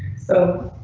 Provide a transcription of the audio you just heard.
so.